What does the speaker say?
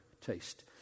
taste